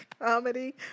comedy